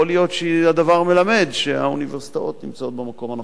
יכול להיות שהדבר מלמד שהאוניברסיטאות נמצאות במקום הנכון.